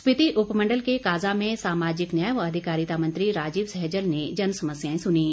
स्पीति उपमण्डल के काजा में सामाजिक न्याय व अधिकारिता मंत्री राजीव सहजल ने जन समस्याएं सुनीं